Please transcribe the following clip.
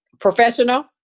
Professional